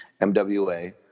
MWA